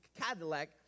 Cadillac